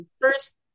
First